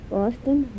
Boston